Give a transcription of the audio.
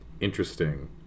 interesting